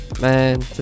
Man